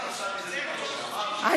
אל תגידי משהו שאני לא אמרתי,